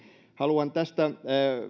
haluan tästä